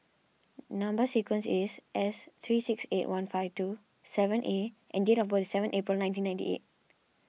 Number Sequence is S three six eight one five two seven A and date of birth is seven April nineteen ninety eight